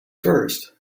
first